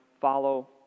Follow